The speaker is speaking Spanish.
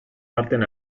parten